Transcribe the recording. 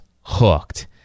hooked